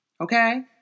Okay